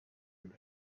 and